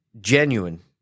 genuine